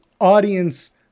audience